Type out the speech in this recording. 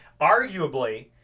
arguably